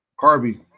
Harvey